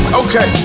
okay